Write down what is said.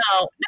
no